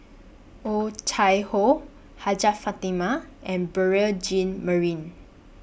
Oh Chai Hoo Hajjah Fatimah and Beurel Jean Marie